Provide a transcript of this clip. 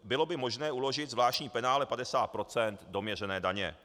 bylo by možné uložit zvláštní penále 50 % doměřené daně.